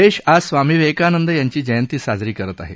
देश आज स्वामी विवेकानंद यांची जयंती साजरी करत आहे